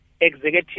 executive